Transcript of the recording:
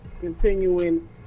continuing